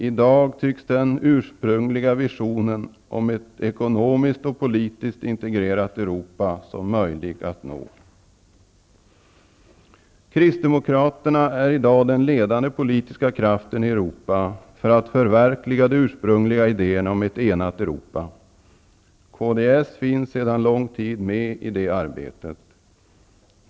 I dag tycks den ursprungliga visionen om ett ekonomiskt och politiskt integrerat Europa möjlig att nå. Kristdemokraterna är i dag den ledande politiska kraften i Europa för att förverkliga de ursprungliga idéerna om ett enat Europa. Kds finns sedan lång tid med i det arbetet.